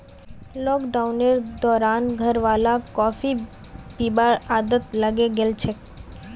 लॉकडाउनेर दौरान घरवालाक कॉफी पीबार आदत लागे गेल छेक